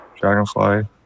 dragonfly